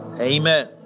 amen